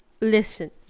listen